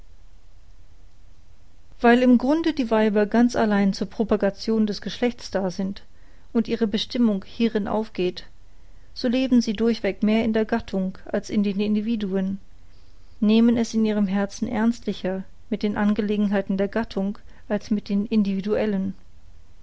weil im grunde die weiber ganz allein zur propagation des geschlechts da sind und ihre bestimmung hierin aufgeht so leben sie durchweg mehr in der gattung als in den individuen nehmen es in ihrem herzen ernstlicher mit den angelegenheiten der gattung als mit den individuellen